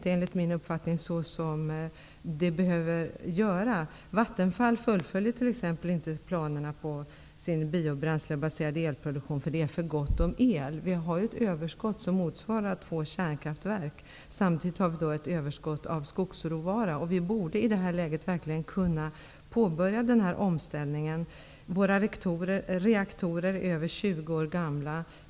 Enligt min uppfattning sker inte detta som det behöver göra. Vattenfall fullföljer t.ex. inte planerna på sin biobränslebaserade elproduktion, eftersom det är för gott om el. Vi har ett överskott som motsvarar två kärnkraftverk. Samtidigt har vi ett överskott av skogsråvara. Vi borde i det här läget verkligen kunna påbörja omställningen. Våra reaktorer är över 20 år gamla.